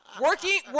Working